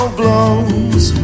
blows